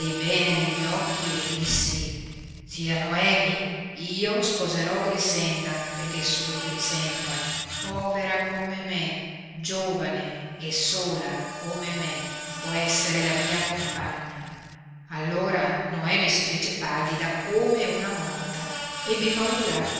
bene negli occhi e le dissi zia noemi io sposerò grixenda perché solo grixenda povera come me giovane e sola come me può essere la mia compagna allora noemi si fece pallida come una morta ebbi paura